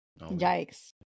Yikes